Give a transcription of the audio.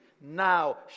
now